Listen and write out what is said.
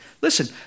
Listen